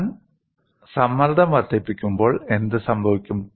ഞാൻ സമ്മർദ്ദം വർദ്ധിപ്പിക്കുമ്പോൾ എന്ത് സംഭവിക്കും